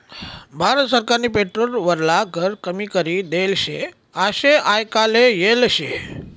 भारत सरकारनी पेट्रोल वरला कर कमी करी देल शे आशे आयकाले येल शे